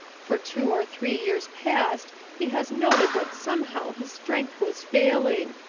for two or three years past he has noted that somehow his strength was failing,